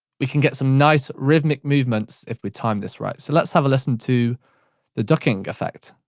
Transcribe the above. we can get some nice rhythmic movements if we time this right. so let's have a listen to the ducking effect.